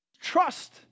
trust